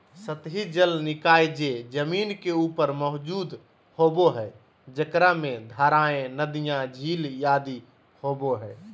सतही जल निकाय जे जमीन के ऊपर मौजूद होबो हइ, जेकरा में धाराएँ, नदियाँ, झील आदि होबो हइ